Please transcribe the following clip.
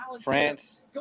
France